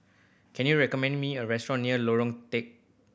can you recommend me a restaurant near Lorong Telok